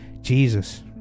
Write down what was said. Jesus